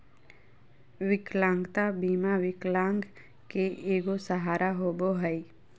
विकलांगता बीमा विकलांग के एगो सहारा होबो हइ